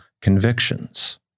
convictions